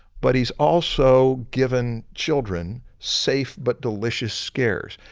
but he's also given children safe but delicious scares.